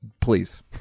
please